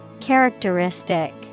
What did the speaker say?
Characteristic